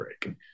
break